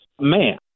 man